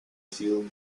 field